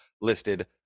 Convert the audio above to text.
listed